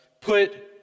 put